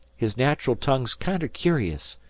his natural tongue's kinder curious.